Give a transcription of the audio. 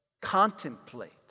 contemplate